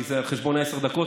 כי זה על חשבון עשר הדקות,